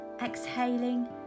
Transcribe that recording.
Exhaling